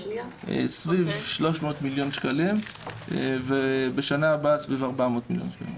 סביב 300 מיליון שקלים ובשנה הבאה סביב 400 מיליון שקלים.